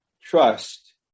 trust